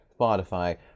Spotify